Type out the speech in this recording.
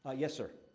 ah yes, sir?